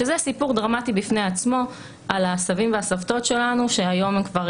שזה סיפור דרמטי בפני עצמו על הסבים והסבתות שלנו שהיום הם כבר